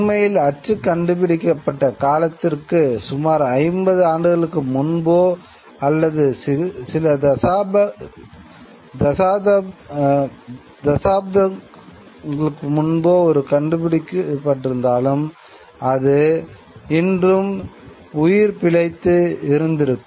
உண்மையில் அச்சு கண்டுபிடிக்கப்பட்ட காலத்திற்கு சுமார் ஐம்பது ஆண்டுகளுக்கு முன்போ அல்லது சில தசாப்தங்களுக்கு முன்பே அது கண்டுபிடிக்கப்பட்டிருந்தாலும் அது இன்றும் உயிர் பிழைத்து இருந்திருக்கும்